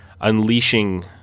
unleashing